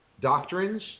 doctrines